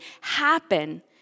happen